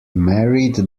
married